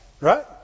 Right